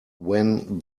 when